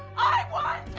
i want